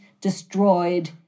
destroyed